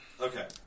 Okay